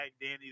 Danny